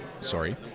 Sorry